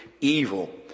evil